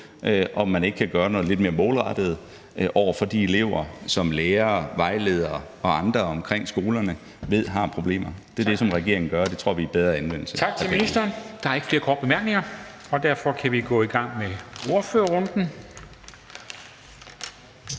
om man ikke kan gøre noget lidt mere målrettet over for de elever, som lærere, vejledere og andre omkring skolerne ved har problemer? Det er det, som regeringen gør, og det tror vi er en bedre anvendelse